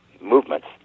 movements